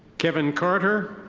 kevin carter.